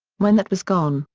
when that was gone,